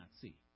see